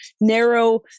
narrow